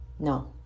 No